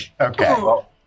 Okay